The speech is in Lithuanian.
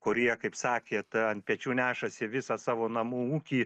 kurie kaip sakėt ant pečių nešasi visą savo namų ūkį